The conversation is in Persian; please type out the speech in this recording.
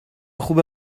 خوبه